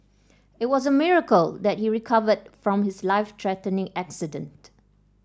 it was a miracle that he recovered from his life threatening accident